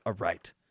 aright